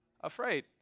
afraid